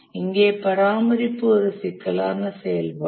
இங்கே பராமரிப்பு ஒரு சிக்கலான செயல்பாடு